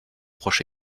proche